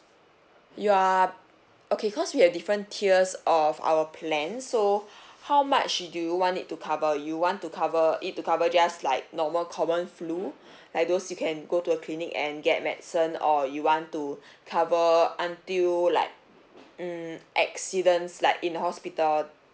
you are okay cause we have different tiers of our plan so how much do you want it to cover you want to cover it to cover just like normal common flu like those you can go to a clinic and get medicine or you want to cover until like mm accidents like in the hospital